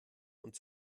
und